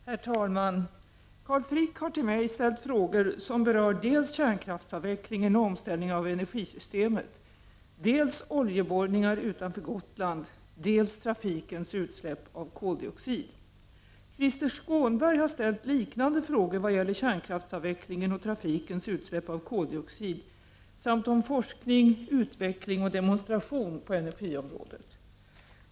Herr talman! Carl Frick har till mig ställt frågor som berör dels kärnkraftsavvecklingen och omställningen av energisystemet, dels oljeborrningar utanför Gotland, dels trafikens utsläpp av koldioxid. Krister Skånberg har ställt liknande frågor vad gäller kärnkraftsavvecklingen och trafikens utsläpp av koldioxid samt om forskning, utveckling och demonstration på energiområdet.